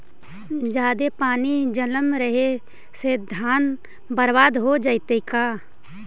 जादे पानी जमल रहे से धान बर्बाद हो जितै का?